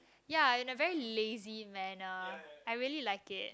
ya in a very lazy manner I really like it